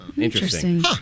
Interesting